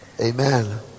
amen